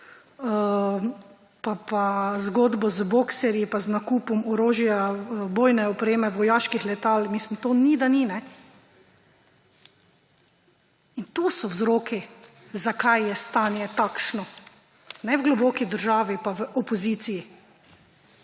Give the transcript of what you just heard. pa zgodbo z boxerji pa z nakupom orožja, bojne opreme, vojaških letal … Ni da ni. In tu so vzroki, zakaj je stanje takšno. Ne v globoki državi pa v opoziciji.